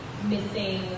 Missing